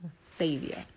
Savior